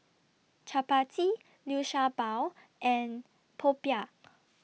Chappati Liu Sha Bao and Popiah